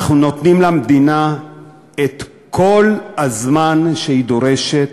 אנחנו נותנים למדינה את כל הזמן שהיא דורשת,